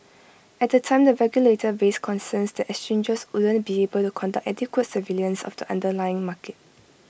at the time the regulator raised concerns that exchanges wouldn't be able to conduct adequate surveillance of the underlying market